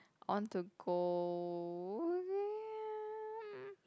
I want to go